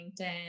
LinkedIn